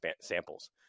samples